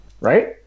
Right